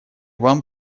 вам